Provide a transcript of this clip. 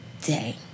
day